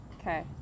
Okay